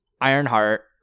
Ironheart